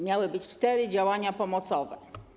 Miały być cztery działania pomocowe.